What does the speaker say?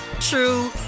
true